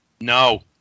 No